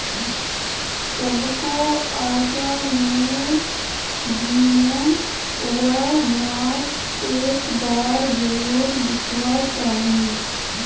सबको असम में र बिहु र नाच एक बार जरुर दिखवा चाहि